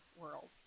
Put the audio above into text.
world